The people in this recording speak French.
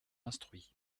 instruits